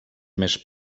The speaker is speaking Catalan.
més